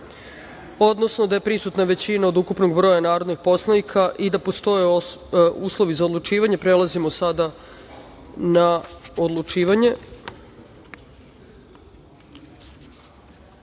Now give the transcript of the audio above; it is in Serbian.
odnosno da je prisutna većina od ukupnog broja narodnih poslanika i da postoje uslovi za odlučivanje. Sada prelazimo na odlučivanje. Stavljam